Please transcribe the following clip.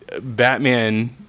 Batman